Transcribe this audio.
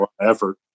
Effort